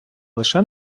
лише